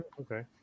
Okay